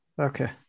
Okay